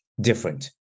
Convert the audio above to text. different